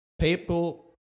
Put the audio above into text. People